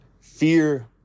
fear